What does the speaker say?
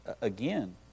again